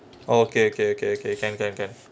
okay okay okay okay can can can